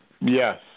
Yes